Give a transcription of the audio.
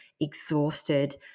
exhausted